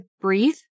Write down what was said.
breathe